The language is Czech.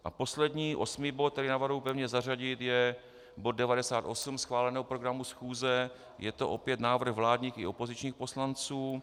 A poslední, osmý bod, který navrhuji pevně zařadit, je bod 98 schváleného programu schůze, je to opět návrh vládních i opozičních poslanců.